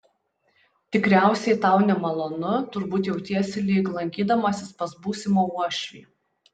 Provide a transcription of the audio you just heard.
tikriausiai tau nemalonu turbūt jautiesi lyg lankydamasis pas būsimą uošvį